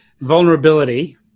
vulnerability